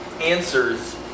answers